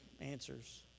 answers